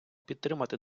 підтримати